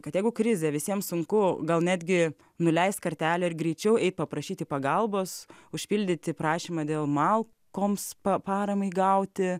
kad jeigu krizė visiems sunku gal netgi nuleist kartelę ir greičiau eit paprašyti pagalbos užpildyti prašymą dėl malkoms pa paramai gauti